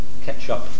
ketchup